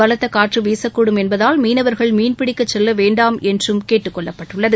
பலத்த காற்று வீசக்கூடும் என்பதால் மீனவர்கள் மீன்பிடிக்கச் செல்ல வேண்டாம் என்றும் கேட்டுக் கொள்ளப்பட்டுள்ளது